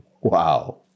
Wow